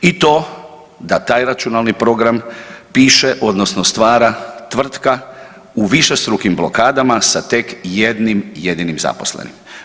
I to da taj računalni program piše odnosno stvara tvrtka u višestrukim blokadama sa tek jednim jedinim zaposlenim.